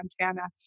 Montana